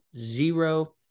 zero